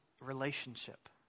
relationship